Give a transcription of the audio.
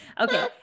Okay